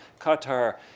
Qatar